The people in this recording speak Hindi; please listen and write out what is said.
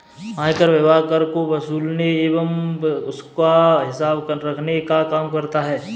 आयकर विभाग कर को वसूलने एवं उसका हिसाब रखने का काम करता है